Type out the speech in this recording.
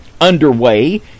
underway